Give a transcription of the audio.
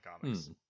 comics